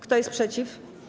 Kto jest przeciw?